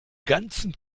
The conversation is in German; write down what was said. ganzen